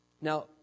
Now